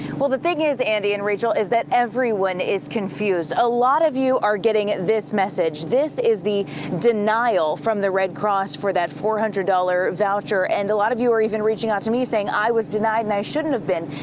the thing is, andy and rachel, is that everyone is confused. a lot of you are getting this message. this is the denial from the red cross for that four hundred dollars voucher and a lot of you are even reaching out to me saying i was denied and a shouldn't have been.